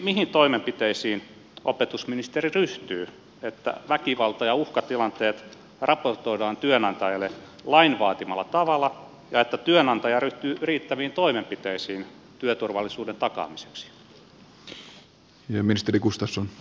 mihin toimenpiteisiin opetusministeri ryhtyy että väkivalta ja uhkatilanteet raportoidaan työnantajalle lain vaatimalla tavalla ja että työnantaja ryhtyy riittäviin toimenpiteisiin työturvallisuuden takaamiseksi